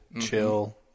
Chill